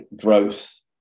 growth